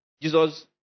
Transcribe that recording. jesus